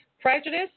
prejudice